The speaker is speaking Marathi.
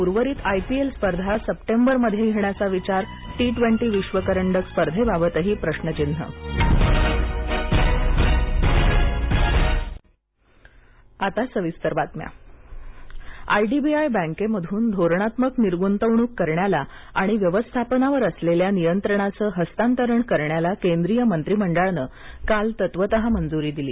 उर्वरित आयपीएल स्पर्धा सप्टेंबरमध्ये घेण्याचा विचार टी ट्वेंटी विश्वकरंडक स्पर्धेबाबतही प्रश्नचिन्ह केंद्रीय मंत्रीमंडळ आयडीबीआय बँकेमधून धोरणात्मक निर्गुतवणूक करण्याला आणि व्यवस्थापनावर असलेल्या नियंत्रणाचं हस्तांतरण करण्याला केंद्रीय मंत्रीमंडळानं काल तत्त्वतः मंजु्री दिली